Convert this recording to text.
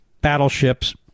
battleships